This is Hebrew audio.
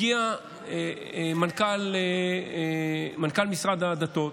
הגיע מנכ"ל משרד הדתות